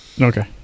Okay